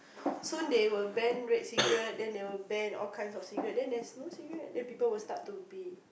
so they will ban red cigarette then they will ban all kind of cigarette then there's no cigarette then people will start to be